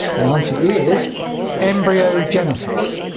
the answer is embryogenesis.